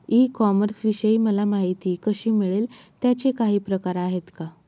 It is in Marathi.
ई कॉमर्सविषयी मला माहिती कशी मिळेल? त्याचे काही प्रकार आहेत का?